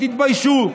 תתביישו.